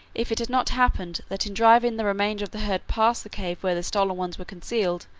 if it had not happened that in driving the remainder of the herd past the cave where the stolen ones were concealed,